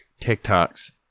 TikToks